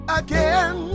again